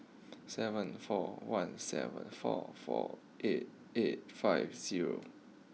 seven four one seven four four eight eight five zero